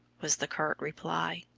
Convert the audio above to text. was the curt reply.